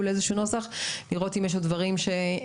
לאיזה שהוא נוסח כדי לראות אם יש עוד דברים שלא